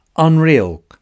unreal